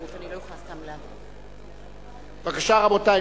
בבקשה, רבותי.